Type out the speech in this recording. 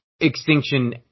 Extinction